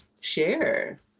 share